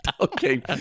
Okay